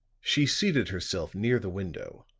she seated herself near the window